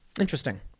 Interesting